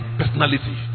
personality